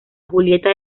julieta